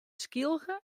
skylge